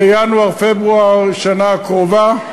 בינואר-פברואר בשנה הקרובה.